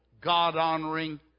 God-honoring